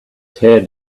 tear